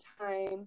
time